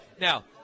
Now